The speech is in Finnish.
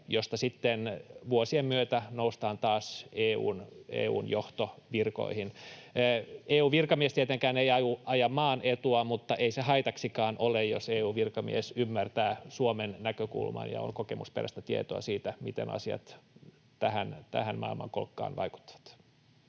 joilta sitten vuosien myötä noustaan taas EU:n johtovirkoihin. EU-virkamies ei tietenkään aja maan etua, mutta ei se haitaksikaan ole, jos EU-virkamies ymmärtää Suomen näkökulman ja on kokemusperäistä tietoa siitä, miten asiat tähän maailmankolkkaan vaikuttavat.